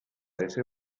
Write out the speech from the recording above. ese